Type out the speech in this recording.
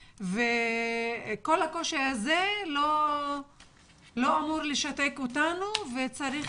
וכל הקושי הזה לא אמור לשתק אותנו וצריך